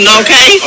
okay